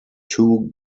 two